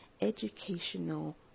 educational